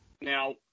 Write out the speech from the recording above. Now